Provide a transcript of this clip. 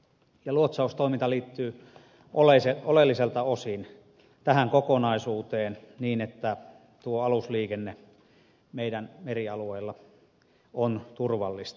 luotsaustoiminta liittyy oleellisilta osin tähän kokonaisuuteen niin että alusliikenne meidän merialueella on turvallista